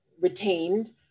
retained